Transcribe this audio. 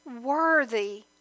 worthy